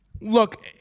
look